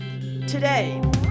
today